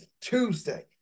Tuesday